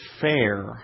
fair